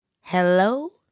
Hello